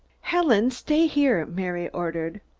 helen, stay here! mary ordered.